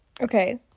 Okay